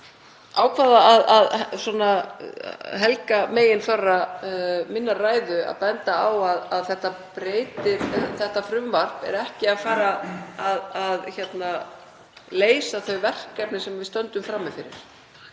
ákvað að helga meginþorra minnar ræðu því að benda á að þetta frumvarp er ekki að fara að leysa þau verkefni sem við stöndum frammi fyrir